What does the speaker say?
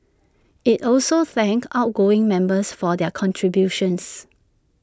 IT also thanked outgoing members for their contributions